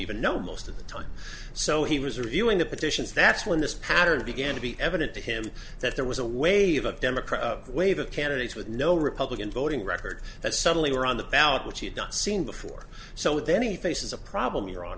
even know most of the time so he was reviewing the petitions that's when this pattern began to be evident to him that there was a wave of democrat wave of candidates with no republican voting record that suddenly were on the ballot which he had not seen before so with any faces a problem your hon